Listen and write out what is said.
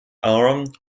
aaron